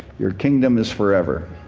your kingdom is forever.